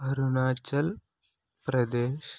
Arunachal Pradesh